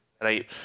Right